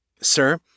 Sir